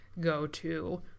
go-to